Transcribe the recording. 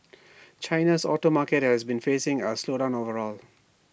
China's auto market has been facing A slowdown overall